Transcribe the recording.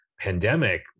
pandemic